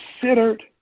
considered